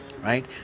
right